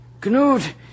Knut